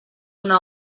una